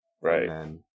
Right